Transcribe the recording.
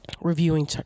reviewing